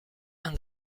and